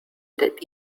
that